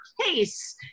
case